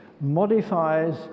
modifies